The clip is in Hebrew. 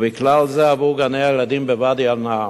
ובכלל זה עבור גני-הילדים בוואדי-אל-נעם.